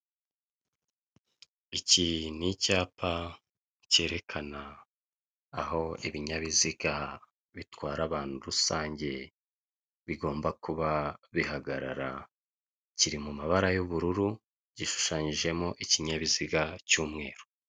Mu kibuga cyigishirizwamo gutwara amapikipiki, umupolisi umwe azamuye ikiganza yereka mugenzi we uri hakurya. Hari utwaye ipikipiki uri kurebana n'uyu mupolisi.